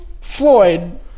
Floyd